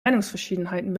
meinungsverschiedenheiten